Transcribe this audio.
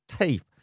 teeth